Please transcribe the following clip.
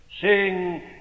Sing